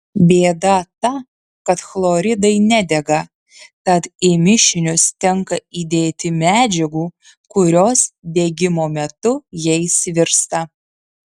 bėda ta kad chloridai nedega tad į mišinius tenka įdėti medžiagų kurios degimo metu jais virsta